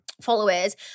followers